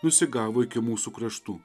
nusigavo iki mūsų kraštų